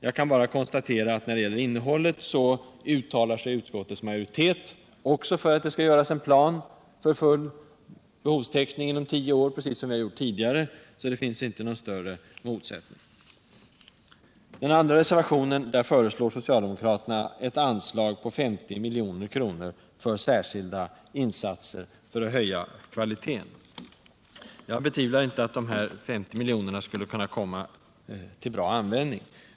Jag kan bara konstatera att utskottets majoritet också — precis som vi gjort tidigare — uttalar sig för att det skall göras en plan för full behovstäckning inom tio år. Det finns alltså inte någon större motsättning på detta område. kr. till särskilda insatser för att höja kvaliteten. Jag betvivlar inte att dessa 50 miljoner skulle kunna komma till bra användning.